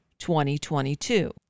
2022